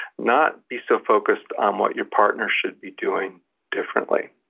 not be so focused on what your partner should be doing differently